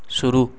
शुरू